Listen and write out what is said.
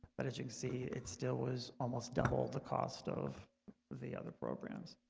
but as you can see it still was almost double the cost of the other programs